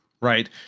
right